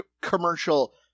commercial